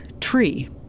tree